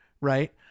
right